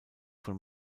von